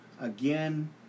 again